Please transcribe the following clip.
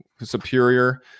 superior